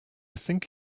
think